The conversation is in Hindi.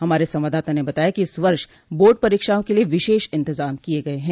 हमारे संवाददाता ने बताया कि इस वर्ष बोर्ड परीक्षाओं के लिए विशेष इंतजाम किये गये हैं